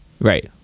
right